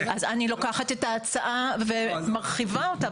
אז אני לוקחת את ההצעה ומרחיבה אותה.